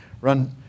run